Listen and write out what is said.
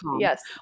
Yes